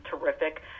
terrific